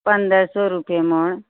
પંદરસો રૂપિયે મણ